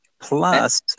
Plus